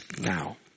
now